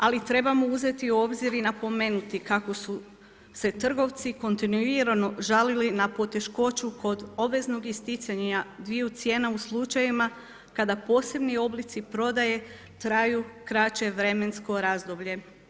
Ali trebamo uzeti u obzir i napomenuti, kako su se trgovci kontinuirano žalili na poteškoću kod obveznog isticanja dviju cijena u slučajevima, kada posebni oblici prodaje traju kraće vremensko razdoblje.